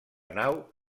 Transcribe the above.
nau